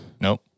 Nope